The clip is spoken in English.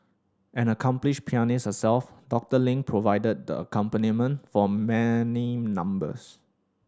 an accomplished pianist herself Doctor Ling provided the accompaniment for many numbers